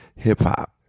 Hip-hop